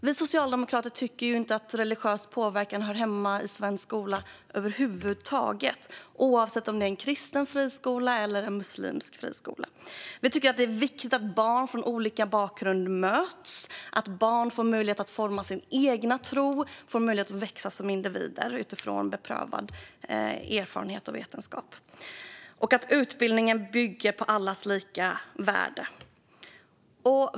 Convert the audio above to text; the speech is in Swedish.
Vi socialdemokrater tycker inte att religiös påverkan hör hemma i svensk skola över huvud taget, oavsett om det är en kristen friskola eller en muslimsk friskola. Vi tycker att det är viktigt att barn från olika bakgrund möts, att barn får möjlighet att forma sin egen tro och växa som individer utifrån beprövad erfarenhet och vetenskap samt att utbildningen bygger på allas lika värde.